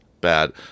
bad